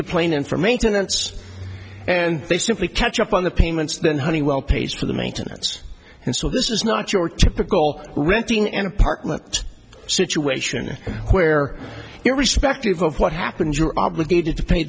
the plane in for maintenance and they simply catch up on the payments then honeywell pays for the maintenance and so this is not your typical renting an apartment situation where your respective of what happened you are obligated to pay